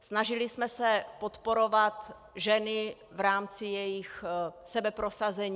Snažily jsme se podporovat ženy v rámci jejich sebeprosazení.